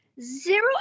zero